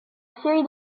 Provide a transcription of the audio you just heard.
série